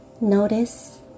Notice